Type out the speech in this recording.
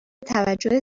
توجه